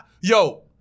Yo